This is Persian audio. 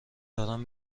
دارم